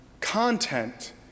content